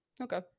Okay